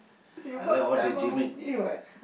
you watch Tamil movie [what]